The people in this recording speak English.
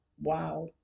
wow